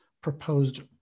proposed